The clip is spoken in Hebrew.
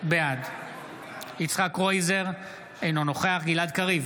בעד יצחק קרויזר, אינו נוכח גלעד קריב,